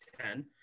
Ten